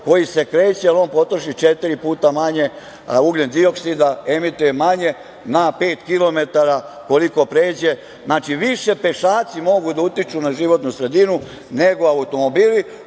koji se kreće, on potroši četiri puta manje ugljendioksida, emituje manje na pet kilometara koliko pređe. Znači, više pešaci mogu da utiču na životnu sredinu nego automobili. Ali,